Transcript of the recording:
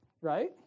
right